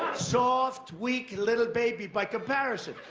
soft, weak, little baby. by comparison.